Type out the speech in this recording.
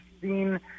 seen